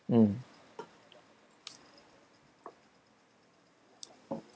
mm